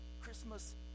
christmas